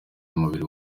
y’umubiri